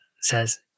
says